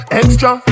extra